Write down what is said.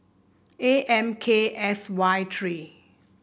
A M K S Y three